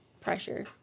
pressure